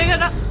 and